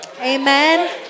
Amen